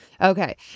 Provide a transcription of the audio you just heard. Okay